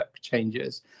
changes